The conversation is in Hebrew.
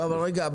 אבל רגע,